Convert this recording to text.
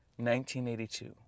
1982